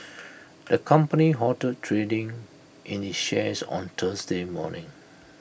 the company halted trading in its shares on Thursday morning